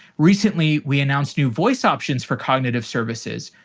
recently, we announced new voice options for cognitive services,